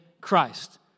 Christ